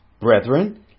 Brethren